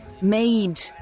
made